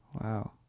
Wow